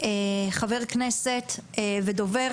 ידבר חבר כנסת ודובר,